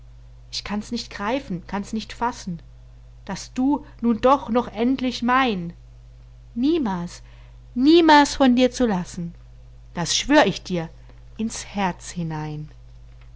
ich kann's nicht greifen kann's nicht fassen daß du nun doch noch endlich mein niemals niemals von dir zu lassen das schwör ich dir ins herz hinein